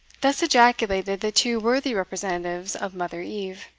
thus ejaculated the two worthy representatives of mother eve.